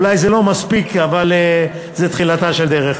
אולי זה לא מספיק, אבל זו תחילתה של דרך.